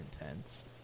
intense